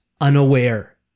unaware